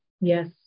Yes